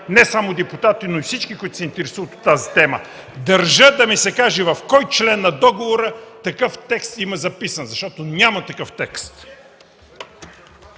не само депутатите, но и всички, които се интересуват от тази тема. Държа да ми се каже в кой член на договора има записан такъв текст, защото няма такъв текст.